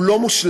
הוא לא מושלם,